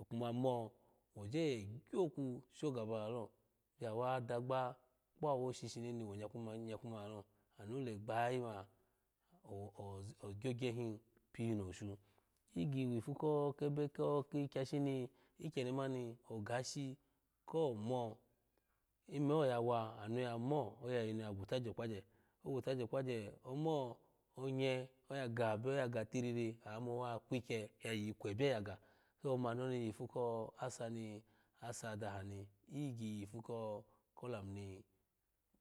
Okuma mo woje oye gyoku shogaba wo bia wa adagbe kpawo shishini ni wo nyaku mani anu nyaku man lalo anu wogbayayi ma o o ogyogye hn piyinu oshu iyigyi wifu ko kebe ko ki kyashi ni ikyeni mani oga ashi komo ime oyawa anu ya mo oya yinu yu gutagye okpagye ogutagye okpagye onye oya ga bioya ga tiriri amo wa kukye ya yiyi kwebye ya ga ga so mani oni ifu ko asa ni asa dahani iyigyi yifu ko kolam ni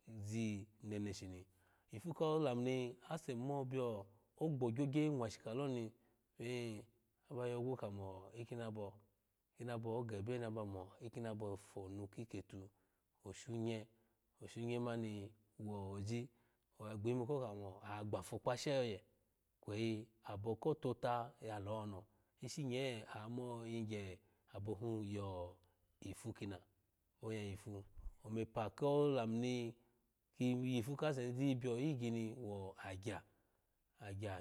ziyi neneshi nii ifu ku lam ni ase mo bio ogbo gyogye nwashika loni pin aba yogu kamo iknabo ikinabo ogebye ni aba mo kinabo fonu kiketu oshu nye oshunye mani wo oji agbimu ko kamo agbafo kpashe oye kweyi abo ko tota ya lono ishinye amo yingye abo hun yo fu kina oya yifu omepa ko koman ni ki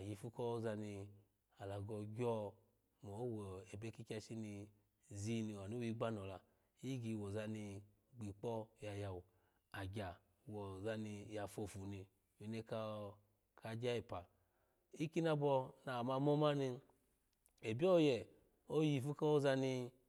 yifu ko zani alago gyo mo owebe kikyashi ni ziyi ni amu wigbano la iyigyi wozani gbikpo yayawu agya woza niyafofuni wine ko ka kya epa ikinabo naha ma mo mani egbe oye oyifu kozani.